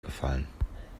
gefallen